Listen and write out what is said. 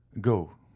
Go